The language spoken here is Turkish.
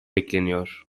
bekleniyor